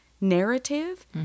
narrative